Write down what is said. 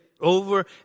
over